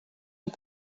les